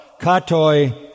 katoi